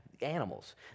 animals